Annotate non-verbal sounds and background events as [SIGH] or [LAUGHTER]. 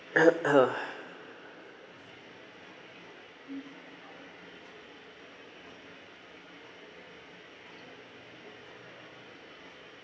[COUGHS]